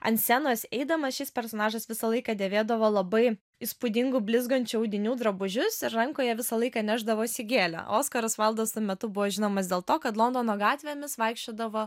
ant scenos eidamas šis personažas visą laiką dėvėdavo labai įspūdingų blizgančių audinių drabužius ir rankoje visą laiką nešdavosi gėlę oskaras vaildas tuo metu buvo žinomas dėl to kad londono gatvėmis vaikščiodavo